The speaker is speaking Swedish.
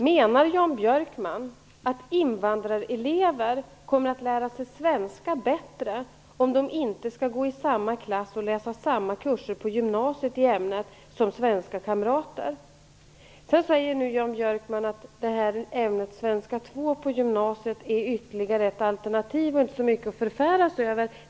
Herr talman! Menar Jan Björkman att invandrarelever kommer att lära sig svenska bättre om de inte skall gå i samma klass och läsa samma kurser på gymnasiet i ämnet som svenska kamrater? Sedan säger Jan Björkman att ämnet svenska 2 på gymnasiet är ytterligare ett alternativ och inte så mycket att förfära sig över.